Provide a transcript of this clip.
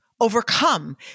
overcome